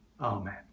Amen